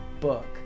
book